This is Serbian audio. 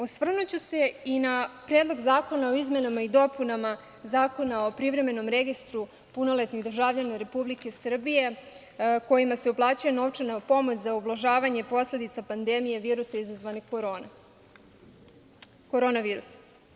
Osvrnuću se i na Predlog zakona o izmenama i dopunama Zakona o privremenom registru punoletnih državljana Republike Srbije kojima se uplaćuje novčana pomoć za ublažavanje posledica pandemije virusa izazvane korona virusom.